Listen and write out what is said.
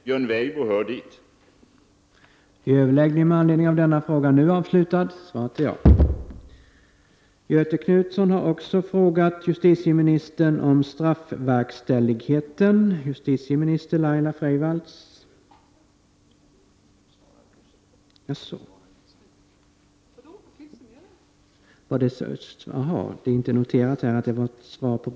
Björn Weibo hör till dem.